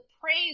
praise